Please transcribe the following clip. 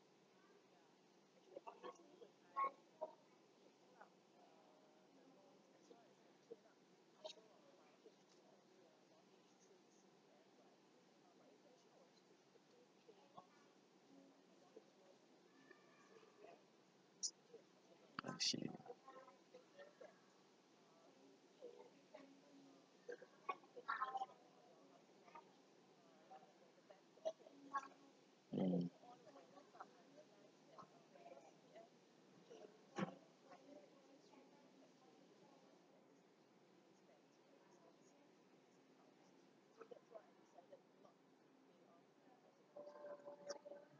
I see mm